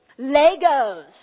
Legos